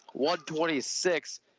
126